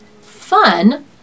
fun